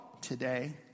today